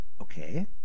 Okay